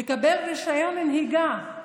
לקבל רישיון נהיגה.